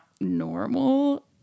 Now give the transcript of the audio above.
normal